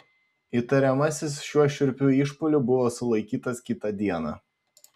įtariamasis šiuo šiurpiu išpuoliu buvo sulaikytas kitą dieną